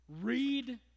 Read